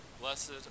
Blessed